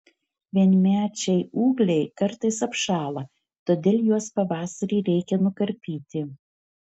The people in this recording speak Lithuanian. vienmečiai ūgliai kartais apšąla todėl juos pavasarį reikia nukarpyti